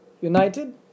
united